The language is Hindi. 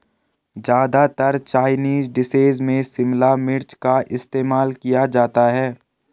ज्यादातर चाइनीज डिशेज में शिमला मिर्च का इस्तेमाल किया जाता है